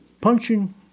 punching